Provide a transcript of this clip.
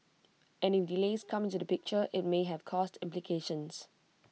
and if delays come into the picture IT may have cost implications